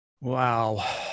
Wow